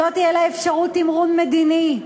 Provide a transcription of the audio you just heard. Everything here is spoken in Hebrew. שלא תהיה לה אפשרות תמרון מדיני,